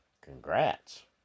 Congrats